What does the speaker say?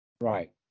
Right